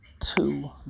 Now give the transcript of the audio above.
two